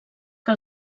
que